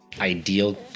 ideal